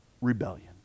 rebellion